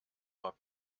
war